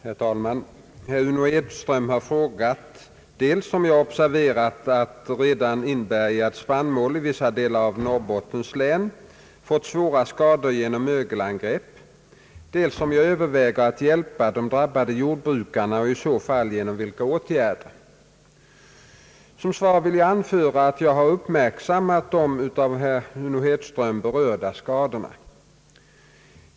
Herr talman! Herr Uno Hedström har frågat dels om jag observerat att redan inbärgad spannmål i vissa delar av Norrbottens län fått svåra skador genom mögelangrepp, dels om jag överväger att hjälpa de drabbade jordbrukarna och i så fall genom vilka åtgärder. Som svar vill jag anföra att jag har uppmärksammat de av herr Uno Hedström berörda skadorna.